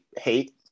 hate